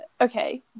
okay